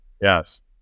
Yes